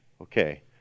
Okay